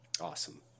Awesome